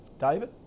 david